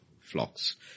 flocks